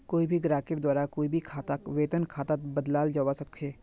कोई भी ग्राहकेर द्वारा कोई भी खाताक वेतन खातात बदलाल जवा सक छे